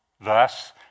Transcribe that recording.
thus